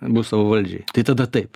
bus savavaldžiai tai tada taip